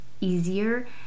easier